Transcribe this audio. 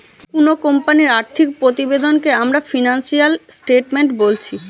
কুনো কোম্পানির আর্থিক প্রতিবেদনকে আমরা ফিনান্সিয়াল স্টেটমেন্ট বোলছি